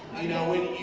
you know when.